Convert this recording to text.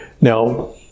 now